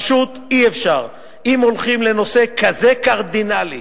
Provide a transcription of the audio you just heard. פשוט אי-אפשר, אם הולכים לנושא כזה קרדינלי,